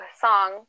song